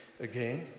again